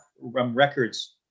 records